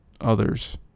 others